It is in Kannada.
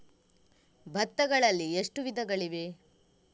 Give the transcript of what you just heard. ಭತ್ತಗಳಲ್ಲಿ ಎಷ್ಟು ವಿಧಗಳಿವೆ?